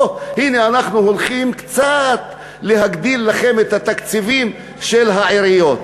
שהנה אנחנו הולכים קצת להגדיל לכם את התקציבים של העיריות,